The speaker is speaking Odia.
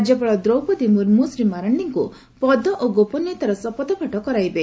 ରାଜ୍ୟପାଳ ଦ୍ରୌପଦୀ ମୁର୍ମୁ ଶ୍ରୀ ମାରାଣ୍ଡିଙ୍କୁ ପଦ ଓ ଗୋପନୀୟତାର ଶପଥପାଠ କରାଇବେ